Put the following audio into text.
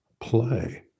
play